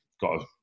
got